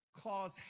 cause